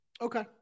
Okay